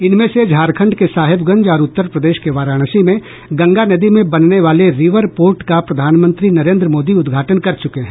इनमें से झारखंड के साहेबगंज और उत्तर प्रदेश के वाराणसी में गंगा नदी में बनने वाले रिवर पोर्ट का प्रधानमंत्री नरेंद्र मोदी उद्घाटन कर चुके हैं